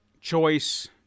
choice